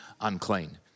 unclean